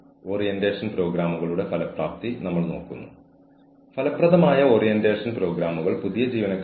കൂടാതെ വ്യത്യസ്ത കമ്മ്യൂണിറ്റികളിൽ നിന്നുള്ള വിവിധ പ്രദേശങ്ങളിൽ നിന്ന് വരുന്ന ആളുകളുടെ വൈവിധ്യമാർന്ന ആവശ്യങ്ങളിൽ ഒരാൾ ചില മാറ്റങ്ങൾ വരുത്തണമെന്ന് ഞാൻ കരുതുന്നു